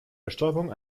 bestäubung